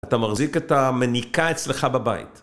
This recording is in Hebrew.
אתה מחזיק את המניקה אצלך בבית.